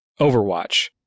Overwatch